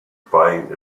buying